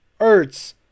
Ertz